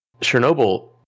Chernobyl